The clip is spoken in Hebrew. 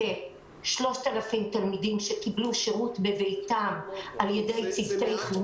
כ-3,000 תלמידים קיבלו שירות בביתם על ידי צוותי חינוך.